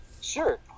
Sure